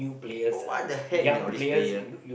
for what the heck man all these player